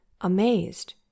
Amazed